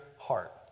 heart